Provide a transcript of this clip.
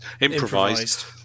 improvised